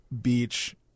Beach